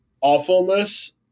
awfulness